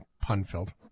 pun-filled